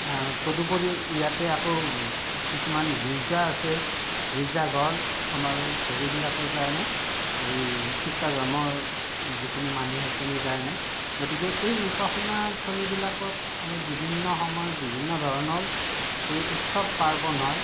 তদুপৰি ইয়াতে আকৌ কিছুমান গীৰ্জা আছে গীৰ্জাঘৰ আমাৰ হেৰিবিলাকৰ কাৰণে এই খ্ৰীষ্টান ধৰ্মৰ যিখিনি মানুহ সেইখিনিৰ কাৰণে গতিকে এই উপাসনা থলীবিলাকত আমাৰ বিভিন্ন সময়ত বিভিন্ন ধৰণৰ এই উৎচৱ পাৰ্বণ হয়